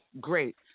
great